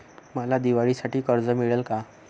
मला दिवाळीसाठी कर्ज मिळेल का?